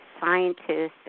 scientists